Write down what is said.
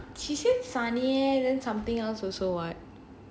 funny then something else also [what]